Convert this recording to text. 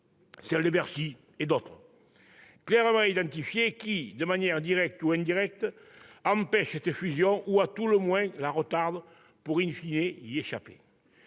celles de Bercy et d'autres clairement identifiées qui, de manière directe ou indirecte, empêchent cette fusion ou à tout le moins la retardent, pour chercher à y échapper.